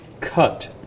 cut